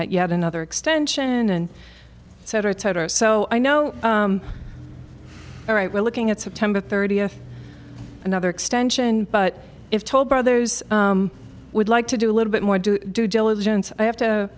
at yet another extension and cetera tied so i know all right we're looking at september thirtieth another extension but if toll brothers would like to do a little bit more do due diligence i have to